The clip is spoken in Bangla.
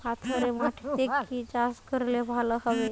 পাথরে মাটিতে কি চাষ করলে ভালো হবে?